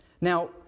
Now